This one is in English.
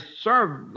serve